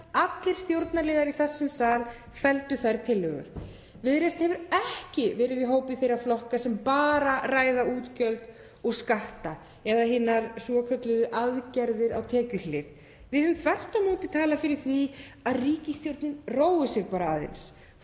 Allir stjórnarliðar í þessum sal felldu þær tillögur. Viðreisn hefur ekki verið í hópi þeirra flokka sem bara ræða útgjöld og skatta eða hinar svokölluðu aðgerðir á tekjuhlið. Við höfum þvert á móti talað fyrir því að ríkisstjórnin rói sig bara aðeins,